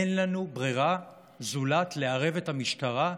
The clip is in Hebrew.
אין לנו ברירה זולת לערב את המשטרה,